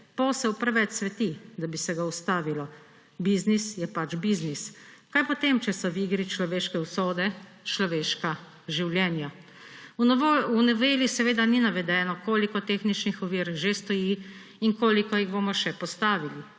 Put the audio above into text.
posel preveč cveti, da bi se ga ustavilo. Biznis je pač biznis. Kaj potem, če so v igri človeške usode, človeška življenja?! V noveli seveda ni navedeno, koliko tehničnih ovir že stoji in koliko jih bomo še postavili.